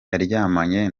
yaryamanye